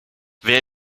wäre